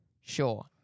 Sure